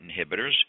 inhibitors